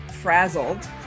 frazzled